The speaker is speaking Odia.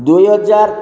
ଦୁଇ ହଜାର